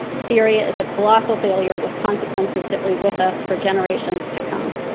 syria is a colossal failure with consequences that weigh with us for generations to come.